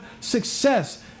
success